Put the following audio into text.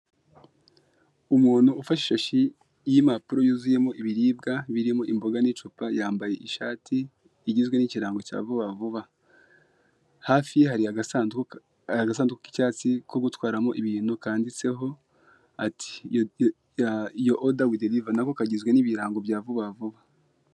Umuntu ufashe ishashi y'impapuro yuzuyemo ibiribwa, birimo imboga n'icupa, yambaye ishati igizwe n'ikirango cya Vubavuba. Hafi hari agasanduku k'icyatsi ko gutwaramo ibintu kanditseho ati yu oda wi deliva nako kagizwe n'ibirango bya Vubavuba.